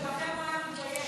בגלל שבכם הוא היה מתבייש.